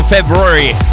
February